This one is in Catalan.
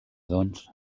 doncs